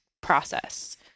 process